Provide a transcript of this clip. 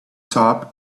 top